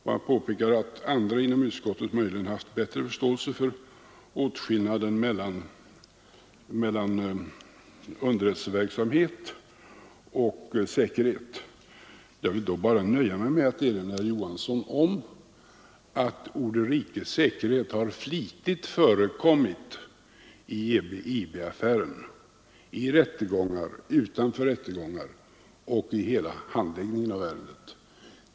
Han påpekade att andra inom utskottet möjligen haft bättre förståelse för skillnaden mellan underrättelseverksamhet och säkerhetsfrågor. Jag vill då bara erinra herr Johansson om att orden ”rikets säkerhet” flitigt förekommit i IB-affären — i rättegångar, - utanför rättegångar och i hela handläggningen av ärendet.